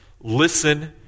Listen